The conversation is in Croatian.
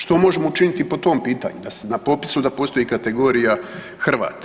Što možemo učiniti po tom pitanju da na popisu da postoji kategorija „Hrvat“